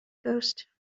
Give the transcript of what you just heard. ghost